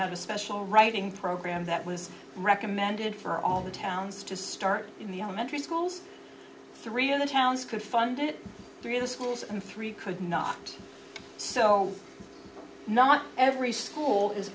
have a special writing program that was recommended for all the towns to start in the elementary schools three of the towns could fund it through the schools and three could not so not every school is